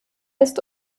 ist